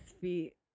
feet